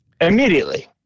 Immediately